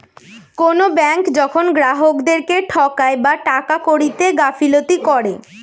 কোনো ব্যাঙ্ক যখন গ্রাহকদেরকে ঠকায় বা টাকা কড়িতে গাফিলতি করে